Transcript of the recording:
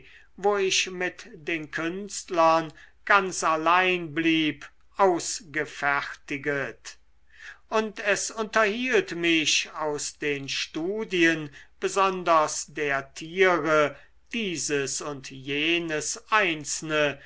wo ich mit den künstlern ganz allein blieb ausgefertiget und es unterhielt mich aus den studien besonders der tiere dieses und jenes einzelne